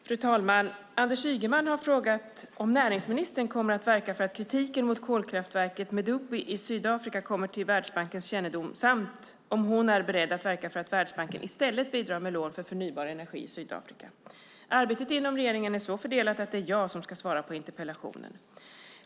Fru talman! Anders Ygeman har frågat om näringsministern kommer att verka för att kritiken mot kolkraftverket Medupi i Sydafrika kommer till Världsbankens kännedom samt om hon är beredd att verka för att Världsbanken i stället bidrar med lån för förnybar energi i Sydafrika. Arbetet inom regeringen är så fördelat att det är jag som ska svara på interpellationen.